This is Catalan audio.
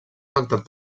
afectat